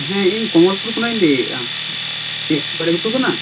ᱦᱮᱸ ᱤᱧ ᱠᱚᱢᱚᱞᱯᱩᱨ ᱠᱷᱚᱱᱟᱜ ᱤᱧ ᱞᱟ ᱭᱮᱫᱟ ᱠᱤ ᱵᱟᱲᱮᱜᱷᱩᱴᱩ ᱠᱟᱱᱟ